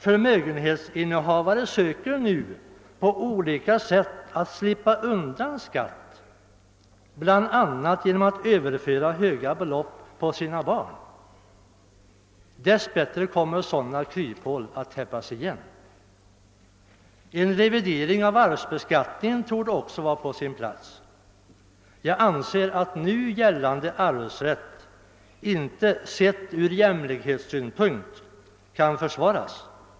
Förmögenhetsinnehavare söker nu på olika sätt slippa undan skatt, bl.a. genom att överföra stora belopp på sina barn. Dess bättre kommer sådana kryphål att täppas igen. En revidering av arvsbeskattningen torde också vara på sin plats. Gällande arvsrätt kan ur jämlikhetssynpunkt inte försvaras.